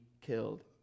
killed